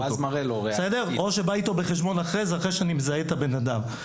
או שאני בא איתו חשבון אחרי שאני מזהה את האדם.